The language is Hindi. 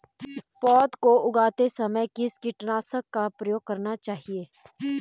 पौध को उगाते समय किस कीटनाशक का प्रयोग करना चाहिये?